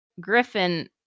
Griffin